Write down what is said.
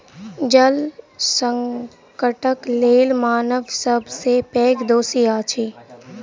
जल संकटक लेल मानव सब सॅ पैघ दोषी अछि